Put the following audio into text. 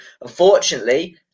unfortunately